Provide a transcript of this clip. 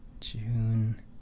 june